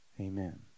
Amen